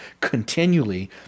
continually